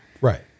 Right